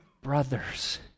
brothers